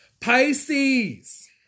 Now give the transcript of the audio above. Pisces